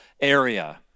area